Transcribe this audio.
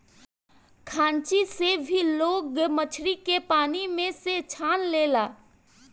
खांची से भी लोग मछरी के पानी में से छान लेला